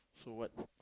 so what